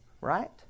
Right